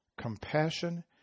compassion